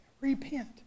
repent